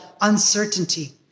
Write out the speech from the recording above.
uncertainty